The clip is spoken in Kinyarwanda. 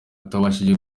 utabashije